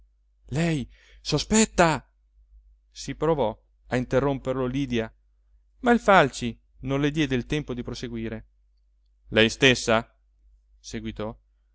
lei sospetta si provò a interromperlo lydia ma il falci non le diede tempo di proseguire lei stessa seguitò